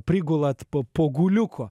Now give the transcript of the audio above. prigulat po poguliuko